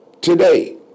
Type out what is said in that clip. today